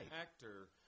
actor